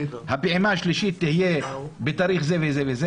הפעימה השלישית תהיה בתאריך זה וזה,